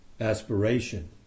aspiration